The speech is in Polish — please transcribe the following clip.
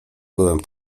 byłem